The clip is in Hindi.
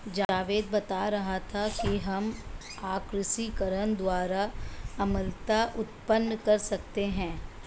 जावेद बता रहा था कि हम ऑक्सीकरण द्वारा अम्लता उत्पन्न कर सकते हैं